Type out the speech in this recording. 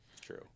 True